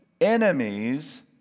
enemies